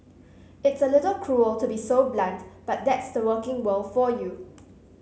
it's a little cruel to be so blunt but that's the working world for you